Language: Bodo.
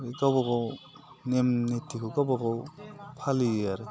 गावबा गाव नेम निथिखौ गाबा गाव फालियो आरो